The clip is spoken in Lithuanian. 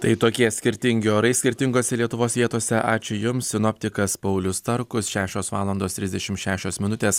tai tokie skirtingi orai skirtingose lietuvos vietose ačiū jums sinoptikas paulius starkus šešios valandos trisdešim šešios minutės